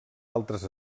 altres